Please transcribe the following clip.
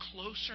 closer